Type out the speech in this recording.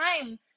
time